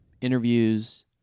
Interviews